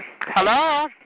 Hello